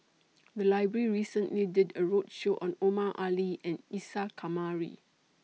The Library recently did A roadshow on Omar Ali and Isa Kamari